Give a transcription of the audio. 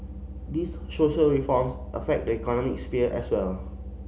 these social reforms affect the economic sphere as well